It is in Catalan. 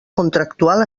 contractual